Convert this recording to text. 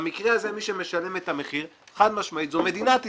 במקרה הזה מי שמשלם את המחיר זו חד-משמעית מדינת ישראל,